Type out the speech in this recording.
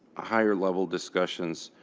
higher level discussions.